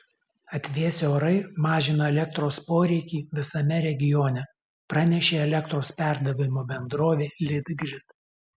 atvėsę orai mažino elektros poreikį visame regione pranešė elektros perdavimo bendrovė litgrid